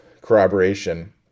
corroboration